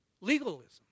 Legalism